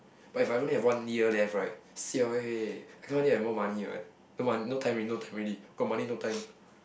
but if I only have one year left right siao eh I cannot only have more money what no one no time already no time already got money no time